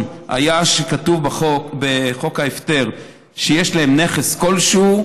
היה שכתוב בחוק ההפטר שיש נכס כלשהו,